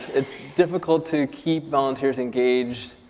it's difficult to keep volunteers engaged.